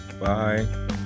bye